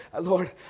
Lord